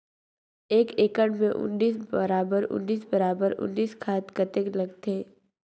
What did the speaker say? एक एकड़ मे उन्नीस बराबर उन्नीस बराबर उन्नीस खाद कतेक लगथे?